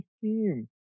team